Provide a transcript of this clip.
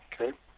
Okay